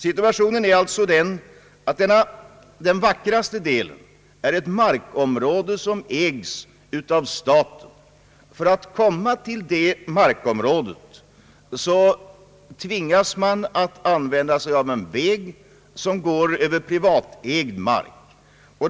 Situationen är alltså den, att den vackraste delen är ett markområde som ägs av staten, men för att komma till detta område tvingas man använda sig av en väg som går över privatägd mark.